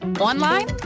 Online